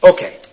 Okay